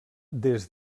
des